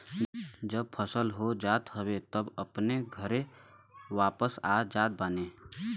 जब फसल हो जात हवे तब अपनी घरे वापस आ जात बाने